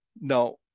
Now